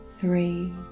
three